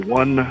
one